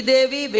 Devi